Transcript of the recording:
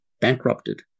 bankrupted